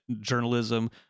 journalism